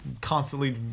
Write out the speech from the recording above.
constantly